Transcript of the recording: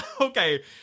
okay